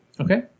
Okay